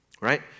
right